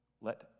let